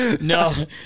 No